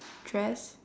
dress